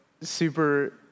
super